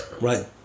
Right